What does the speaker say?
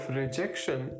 rejection